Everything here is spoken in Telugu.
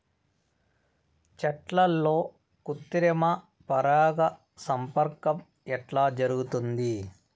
చెట్లల్లో కృత్రిమ పరాగ సంపర్కం ఎట్లా జరుగుతుంది?